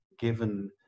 given